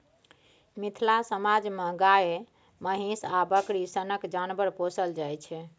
मिथिला समाज मे गाए, महीष आ बकरी सनक जानबर पोसल जाइ छै